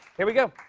here we go.